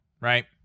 right